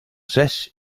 zes